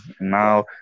now